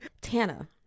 tana